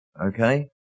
Okay